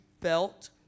felt